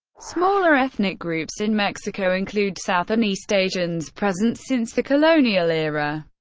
smaller ethnic groups in mexico include south and east asians, present since the colonial era.